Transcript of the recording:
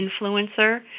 influencer